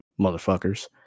motherfuckers